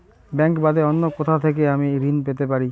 Bank বাদে অন্য কোথা থেকে আমি ঋন পেতে পারি?